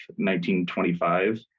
1925